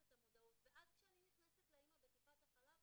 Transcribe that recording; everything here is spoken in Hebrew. ילדים בבוקר ואז לאסוף אותם אחר הצהריים,